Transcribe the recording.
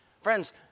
Friends